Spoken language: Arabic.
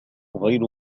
غير